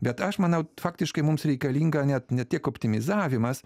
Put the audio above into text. bet aš manau faktiškai mums reikalinga net ne tiek optimizavimas